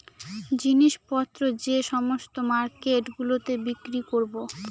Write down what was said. জিনিস পত্র যে সমস্ত মার্কেট গুলোতে বিক্রি করবো